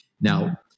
Now